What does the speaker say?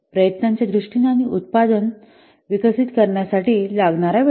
प्रयत्नांच्या दृष्टीने आणि उत्पादनास विकसित करण्यासाठी लागणारा वेळ